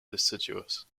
deciduous